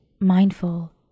mindful